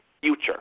future